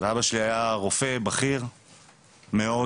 ואבא שלי היה רופא בכיר מאוד,